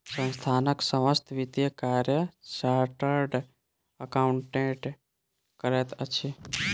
संस्थानक समस्त वित्तीय कार्य चार्टर्ड अकाउंटेंट करैत अछि